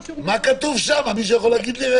מה כתוב שם, מישהו יכול להגיד לי?